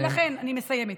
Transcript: אני מסיימת.